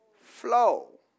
Flow